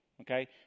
Okay